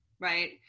Right